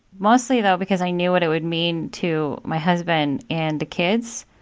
mostly, though, because i knew what it would mean to my husband and the kids.